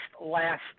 last